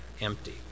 empty